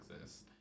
exist